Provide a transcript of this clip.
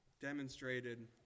demonstrated